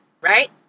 right